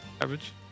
Average